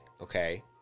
Okay